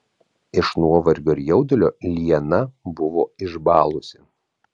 iš nuovargio ir jaudulio liana buvo išbalusi